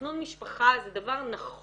תכנון משפחה זה דבר נכון.